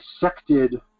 dissected